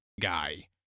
Guy